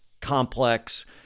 complex